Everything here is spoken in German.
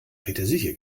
petersilie